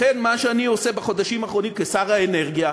לכן, מה שאני עושה בחודשים האחרונים כשר האנרגיה,